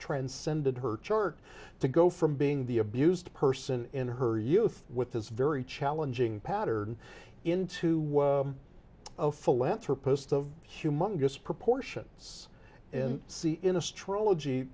transcended her chart to go from being the abused person in her youth with this very challenging pattern into a philanthropist of humongous proportions and see in astrology